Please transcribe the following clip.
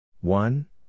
One